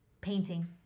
painting